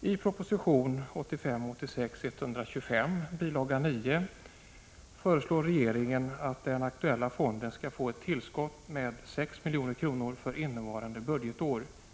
I proposition 1985/86:125, bil. 9, föreslår regeringen att den aktuella fonden skall få ett tillskott med 6 milj.kr. för innevarande budgetår.